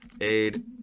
aid